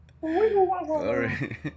Sorry